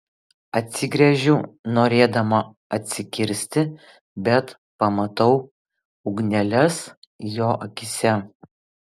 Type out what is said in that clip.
atsigręžiu norėdama atsikirsti bet pamatau ugneles jo akyse